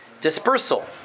dispersal